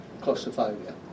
claustrophobia